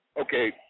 Okay